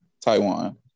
Taiwan